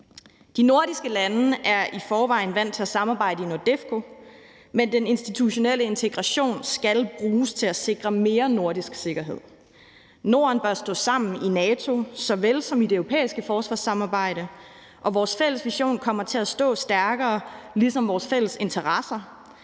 De nordiske lande er i forvejen vant til at samarbejde i NORDEFCO, men den institutionelle integration skal bruges til at sikre mere nordisk sikkerhed. Norden bør stå sammen i NATO såvel som i det europæiske forsvarssamarbejde. Vores fælles vision kommer til at stå stærkere ligesom vores fælles interesser